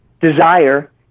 desire